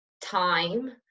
time